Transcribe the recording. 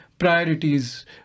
Priorities